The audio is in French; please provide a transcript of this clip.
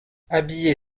habillée